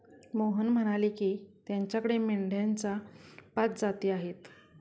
मोहन म्हणाले की, त्याच्याकडे मेंढ्यांच्या पाच जाती आहेत